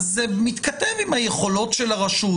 זה מתכתב עם היכולות של הרשות,